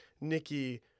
Nikki